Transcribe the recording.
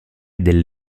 del